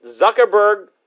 Zuckerberg